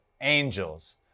Angels